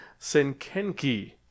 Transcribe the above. Senkenki